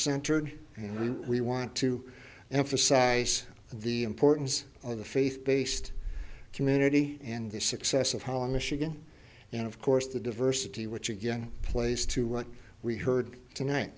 centered and we want to emphasize the importance of the faith based community and the success of holland michigan and of course the diversity which again place to what we heard tonight